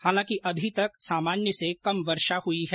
हालांकि अभी तक सामान्य से कम वर्षा हुई है